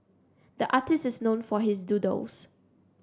the artist is known for his doodles